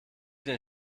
den